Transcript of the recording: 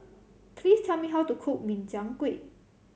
please tell me how to cook Min Chiang Kueh